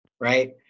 right